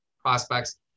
prospects